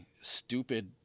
stupid